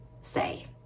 say